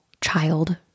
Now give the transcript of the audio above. child